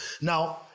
Now